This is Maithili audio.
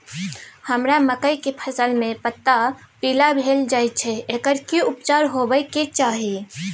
हमरा मकई के फसल में पता पीला भेल जाय छै एकर की उपचार होबय के चाही?